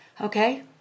okay